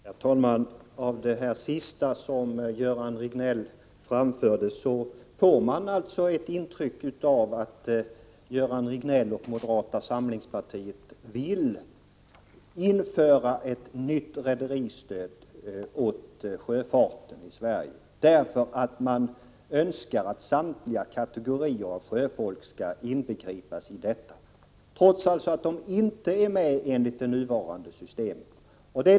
Herr talman! Av det som Göran Riegnell framförde sist i sitt anförande får jag ett intryck av att han och moderata samlingspartiet vill införa ett nytt rederistöd till sjöfarten i Sverige. De önskar att samtliga kategorier sjöfolk skall omfattas av detta skattesystem, trots att dessa inte är med enligt det nuvarande systemet.